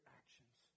actions